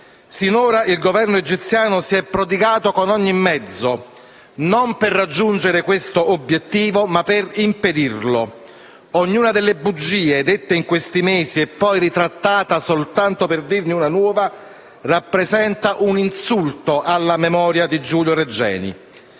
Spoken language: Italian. Sinora il Governo egiziano si è prodigato con ogni mezzo non per raggiungere questo obiettivo, ma per impedirlo. Ognuna delle bugie dette in questi mesi - e poi ritrattata soltanto per dirne una nuova - rappresenta un insulto alla memoria di Giulio Regeni